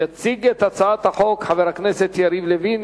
יציג את הצעת החוק חבר הכנסת יריב לוין,